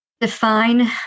Define